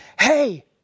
hey